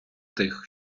тих